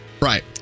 Right